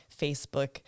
facebook